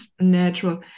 natural